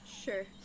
Sure